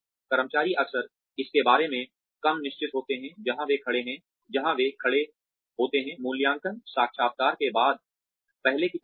कर्मचारी अक्सर इसके बारे में कम निश्चित होते हैं जहां वे खड़े होते हैं मूल्यांकन साक्षात्कार के बाद पहले की तुलना में